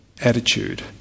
attitude